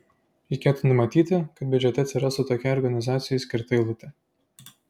reikėtų numatyti kad biudžete atsirastų tokiai organizacijai skirta eilutė